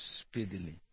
speedily